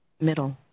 Middle